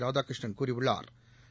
ராதாகிருஷ்ணன் கூறியுள்ளா்